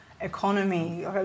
economy